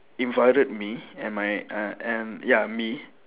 invited me and my err and ya me